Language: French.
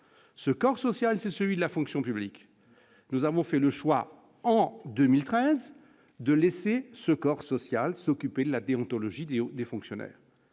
ce corps social, c'est celui de la fonction publique, nous avons fait le choix en 2013 de laisser ce corps social s'occuper de la paix ontologie les fonctionnaires.